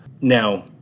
Now